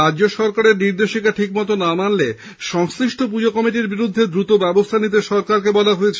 রাজ্য সরকারের নির্দেশিকা ঠিকমতো না মানলে সংশ্লিষ্ট পুজো কমিটির বিরুদ্ধে দ্রুত ব্যবস্থা নিতে সরকারকে অনুরোধ করা হয়েছে